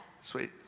Sweet